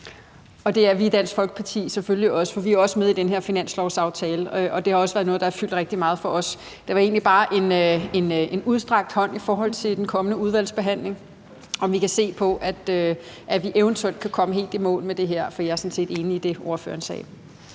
i Dansk Folkeparti, for vi er jo også med i den her finanslovsaftale, og det har også været noget, der har fyldt rigtig meget for os. Det var egentlig bare en udstrakt hånd i forhold til den kommende udvalgsbehandling, altså om vi kan se på, om vi eventuelt kan komme helt i mål med det her, for jeg er sådan set enig i det, ordføreren sagde.